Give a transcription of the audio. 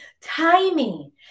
timing